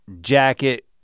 jacket